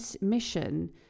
mission